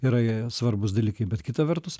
yra jie svarbūs dalykai bet kita vertus